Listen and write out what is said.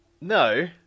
No